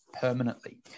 permanently